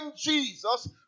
Jesus